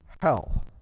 hell